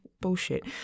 bullshit